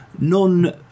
Non